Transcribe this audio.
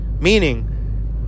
Meaning